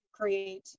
create